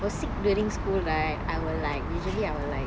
were sick during school right I will like usually I will like